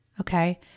Okay